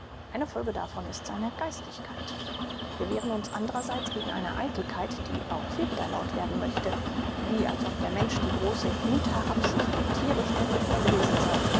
eine folge davon ist seine geistigkeit wir wehren uns andrerseits gegen eine eitelkeit die auch hier wieder laut werden möchte wie als ob der mensch die große hinterabsicht der thierischen entwicklung gewesen sei